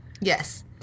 yes